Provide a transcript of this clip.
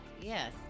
Yes